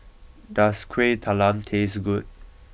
does Kuih Talam taste good